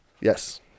yes